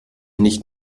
nicht